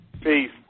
Peace